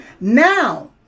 Now